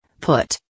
Put